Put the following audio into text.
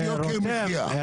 רותם,